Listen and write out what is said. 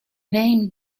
name